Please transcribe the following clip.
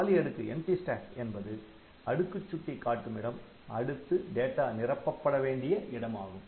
காலி அடுக்கு என்பது அடுக்குச் சுட்டி காட்டும் இடம் அடுத்து டேட்டா நிரப்பப்பட வேண்டிய இடம் ஆகும்